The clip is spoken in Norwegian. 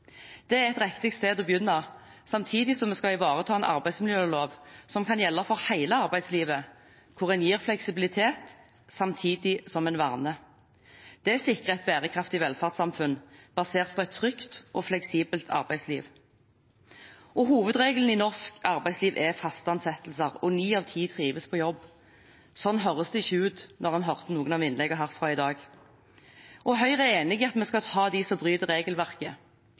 Det er et riktig sted å begynne, samtidig som vi skal ivareta en arbeidsmiljølov som kan gjelde for hele arbeidslivet, hvor man gir fleksibilitet, samtidig som man verner. Det sikrer et bærekraftig velferdssamfunn basert på et trygt og fleksibelt arbeidsliv. Hovedregelen i norsk arbeidsliv er faste ansettelser, og ni av ti trives på jobb. Slik høres det ikke ut når en hører på noen av innleggene herfra i dag. Høyre er enig i at vi skal ta dem som bryter regelverket.